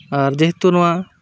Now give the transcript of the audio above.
ᱟᱨ ᱡᱮᱦᱮᱛᱩ ᱱᱚᱣᱟ